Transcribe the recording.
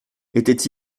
était